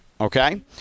Okay